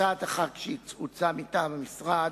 הצעה אחת שהוצעה מטעם המשרד,